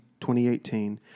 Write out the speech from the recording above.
2018